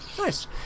Nice